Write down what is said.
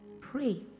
pray